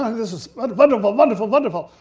um this is and wonderful, wonderful, wonderful!